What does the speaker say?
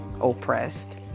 oppressed